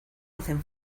hacen